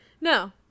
No